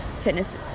fitness